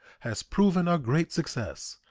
has proven a great success,